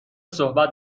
صحبت